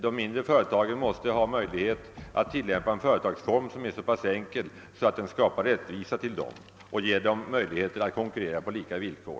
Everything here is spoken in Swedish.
De mindre företagen måste ha möjlighet att tilllämpa en företagsform som är så enkel att den ger dem en rättvis möjlighet att konkurrera på lika villkor.